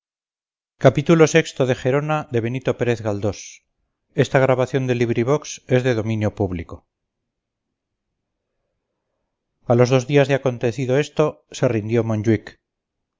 chiquillo a los dos días de acontecido esto se rindió